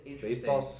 baseball